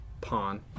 Pawn